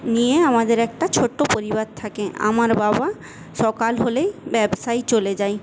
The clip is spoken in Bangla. নিয়ে আমাদের একটা ছোট্ট পরিবার থাকে আমার বাবা সকাল হলেই ব্যবসায় চলে যায়